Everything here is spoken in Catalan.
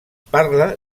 parla